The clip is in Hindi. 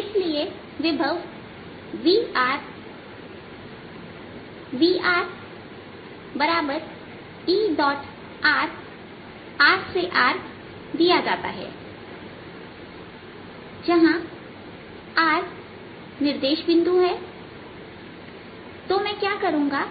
इसलिए विभव v vrR Edrसे दिया जाता है जहां r निर्देश बिंदु है तो मैं क्या करूंगा